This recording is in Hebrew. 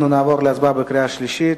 אנחנו נעבור להצבעה בקריאה השלישית.